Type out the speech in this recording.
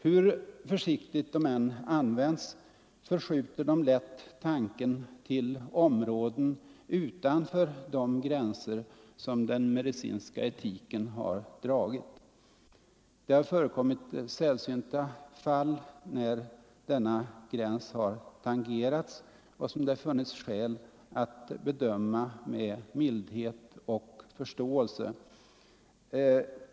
Hur försiktigt de än används förskjuter de lätt tanken till områden utanför de gränser som den medicinska etiken har dragit. Det har förekommit sällsynta fall där denna gräns har tangerats och som det funnits skäl att bedöma med mildhet och förståelse.